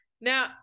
Now